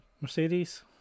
Mercedes